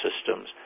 systems